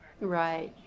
Right